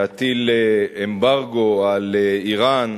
להטיל אמברגו על אירן,